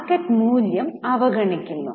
market മൂല്യം അവഗണിക്കുന്നു